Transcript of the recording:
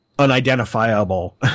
unidentifiable